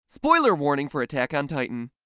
spoiler warning for attack on titan.